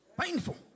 Painful